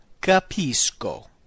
capisco